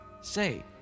Say